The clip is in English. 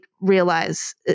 realize